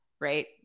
right